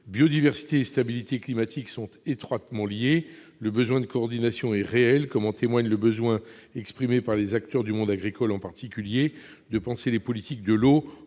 Biodiversité et stabilité climatique sont étroitement liées. Le besoin de coordination est réel, comme en témoigne le besoin, notamment exprimé par les acteurs du monde agricole, de penser les politiques de l'eau